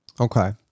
Okay